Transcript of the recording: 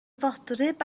fodryb